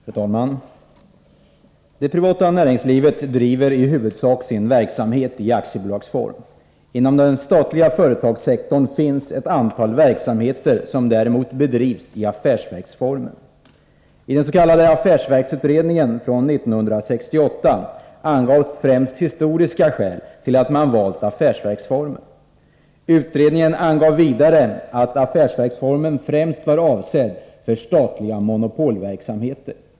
Fru talman! Det privata näringslivet driver i huvudsak sin verksamhet i aktiebolagsform. Inom den statliga företagssektorn finns ett antal verksamheter som däremot bedrivs i affärsverksform. I den s.k. affärsverksutredningen från 1968 angavs främst historiska skäl till att man valt affärsverksformen. Utredningen angav vidare att affärsverksformen främst var avsedd för statliga monopolverksamheter.